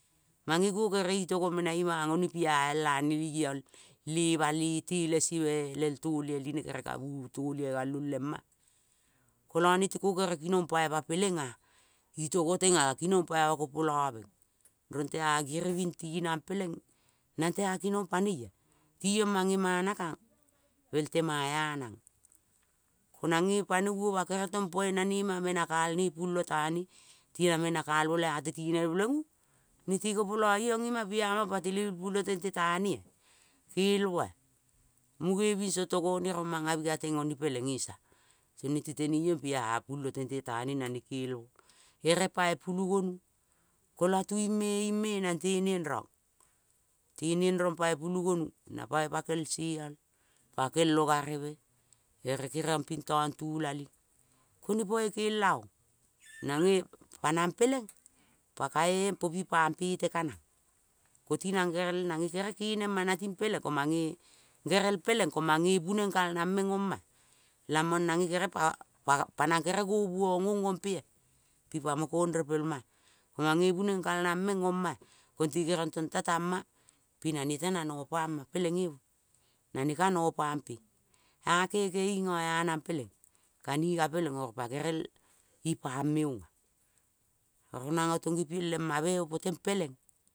Mange ko kere itogo menaimang one piaeal laneliong lema lete lese melel talioi line kere kabutolioi galong lengma, kolo netekokene kinong poima pelengea, itogo teng ea ka kinong poima kakopolobe. Rongtea giriving tinang. Peleng nangtea kinong panoiea tiong mangemana kangpel tamaea nang. Konang nge panoioma kere tong poi nane me nakalne pulo teing ne tina menakalmo laea tetinel peleng u tekopoio iong ima piamong patelelbi pulotente tea nea, kelmoea mungi bigo togone rong manga mingateng ong peleng esia tong nete teneiong pia pulo tentete ne nane kelmo. Ere pai pulu gonu, ko latu imeime nangte niengrong. Te niengrong poi pulu gonu ka poi pakelseeol, pakel, ongarebe ere ken ong ping tong tulaling, kone poi kelaong nange pa nang peleng pakae popipang petre kanang. Ko ti nang gerel nange gerel kenema nating pelenge gerel ko mange bunengkal nang meng ong ma ea. Lamong nang nge pa nang gerel nguong ong ompea pipamokong repelmaea komange buneng kal nang mengongmea. Kong te kenongtong neta tansma pina neta nanopangma peleng ewo na ne ka nopangmpe. Ea kekeing kong ea nang peleng. Kaninga peleng ipa gerel paneme ongea. Oro nongo tong ngepieng lemame opoteng peleng.